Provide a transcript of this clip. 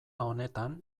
honetan